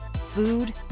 food